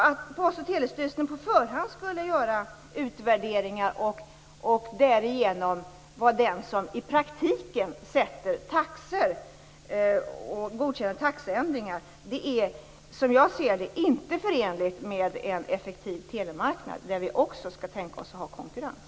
Att Post och telestyrelsen på förhand skulle göra utvärderingar och därigenom i praktiken vara den som sätter taxor och godkänner taxeändringar är som jag ser det inte förenligt med en effektiv telemarknad, där vi också skall tänka oss att ha konkurrens.